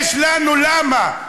יש לנו סיבה.